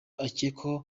akekwaho